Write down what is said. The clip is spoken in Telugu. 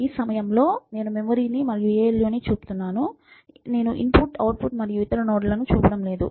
ఈ సమయంలో నేను మెమరీని మరియు ALUని చూపుతున్నాను నేను ఇన్పుట్ అవుట్పుట్ మరియు ఇతర నోడ్లను చూపడం లేదు